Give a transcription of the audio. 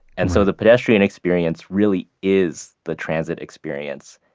and so the pedestrian experience really is the transit experience,